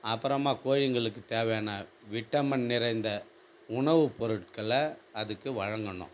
அப்புறமா கோழிங்களுக்குத் தேவையான விட்டமின் நிறைந்த உணவுப் பொருட்களை அதுக்கு வழங்கணும்